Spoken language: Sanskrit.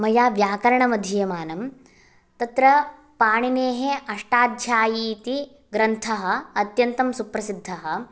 मया व्याकरणम् अधीयमानं तत्र पाणीनेः अष्टाध्यायी इति ग्रन्थः अत्यन्तं सुप्रसिद्धः